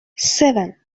seven